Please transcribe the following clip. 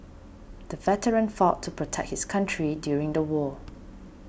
the veteran fought to protect his country during the war